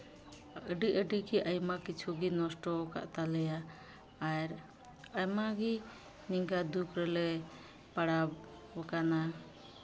ᱟᱹᱰᱤ ᱟᱹᱰᱤ ᱜᱮ ᱟᱭᱢᱟ ᱠᱤᱪᱷᱩ ᱜᱮ ᱱᱚᱥᱴᱚ ᱠᱟᱜ ᱛᱟᱞᱮᱭᱟ ᱟᱨ ᱟᱭᱢᱟᱜᱮ ᱱᱤᱝᱠᱟ ᱫᱩᱠ ᱨᱮᱞᱮ ᱯᱟᱲᱟᱣ ᱟᱠᱟᱱᱟ